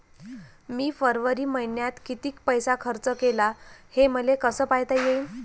मी फरवरी मईन्यात कितीक पैसा खर्च केला, हे मले कसे पायता येईल?